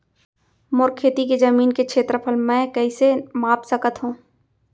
मोर खेती के जमीन के क्षेत्रफल मैं कइसे माप सकत हो?